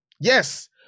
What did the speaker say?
Yes